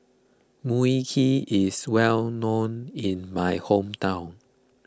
Mui Kee is well known in my hometown